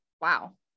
Wow